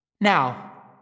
Now